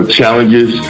challenges